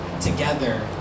together